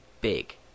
big